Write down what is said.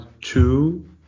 two